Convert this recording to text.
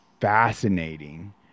fascinating